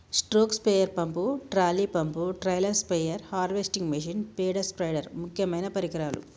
stroke sprayer pump, trolley pump, trailer spare, harvesting machine, పేడ స్పైడర్ ముక్యమైన పరికరాలు